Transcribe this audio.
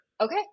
Okay